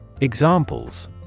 Examples